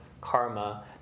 karma